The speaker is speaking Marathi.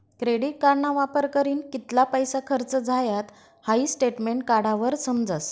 क्रेडिट कार्डना वापर करीन कित्ला पैसा खर्च झायात हाई स्टेटमेंट काढावर समजस